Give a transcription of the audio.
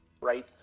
right